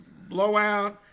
blowout